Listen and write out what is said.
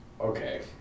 Okay